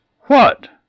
What